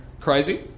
crazy